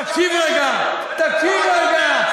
למה אתה אומר את זה?